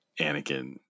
Anakin